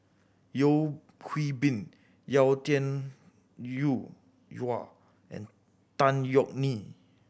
Yeo Hwee Bin Yau Tian Yau and Tan Yeok Nee